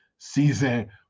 season